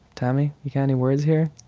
tommy, you got any words here?